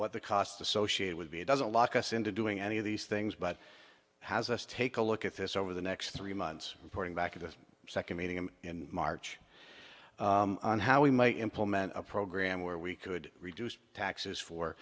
what the cost associated would be doesn't lock us into doing any of these things but has us take a look at this over the next three months reporting back to the second meeting him in march on how we might implement a program where we could reduce taxes for